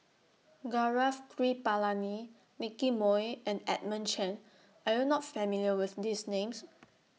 Gaurav Kripalani Nicky Moey and Edmund Chen Are YOU not familiar with These Names